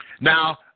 Now